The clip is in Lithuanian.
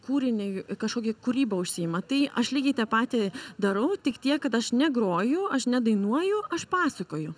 kūrinį kažkokia kūryba užsiima tai aš lygiai tą patį darau tik tiek kad aš negroju aš nedainuoju aš pasakoju